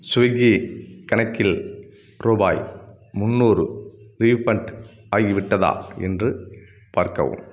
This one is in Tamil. ஸ்விக்கி கணக்கில் ரூபாய் முந்நூறு ரீஃபண்ட் ஆகிவிட்டதா என்று பார்க்கவும்